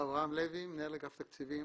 אברהם לוי, מנהל אגף תקציבים